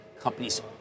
companies